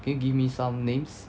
can give me some names